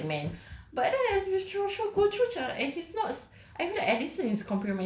this like heroic black man but then as we go throu~ go through macam and he's not